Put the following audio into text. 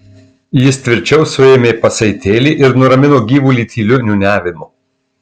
jis tvirčiau suėmė pasaitėlį ir nuramino gyvulį tyliu niūniavimu